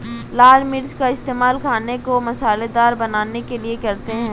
लाल मिर्च का इस्तेमाल खाने को मसालेदार बनाने के लिए करते हैं